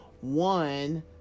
One